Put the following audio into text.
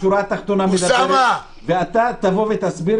השורה התחתונה מדברת ואתה תבוא ותסביר